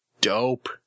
dope